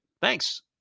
Thanks